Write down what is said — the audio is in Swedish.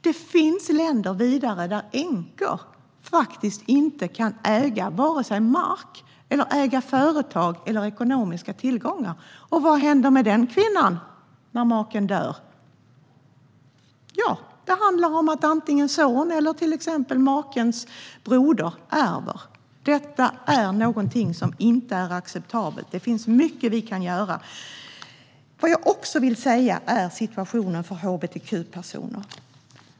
Det finns länder där änkor faktiskt inte kan äga vare sig mark, företag eller ekonomiska tillgångar. Vad händer med den kvinnan när maken dör? Antingen ärver sonen eller till exempel makens bror. Detta är någonting som inte är acceptabelt, och det finns mycket vi kan göra. Jag vill också ta upp situationen för hbtq-personer.